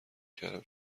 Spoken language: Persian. کردم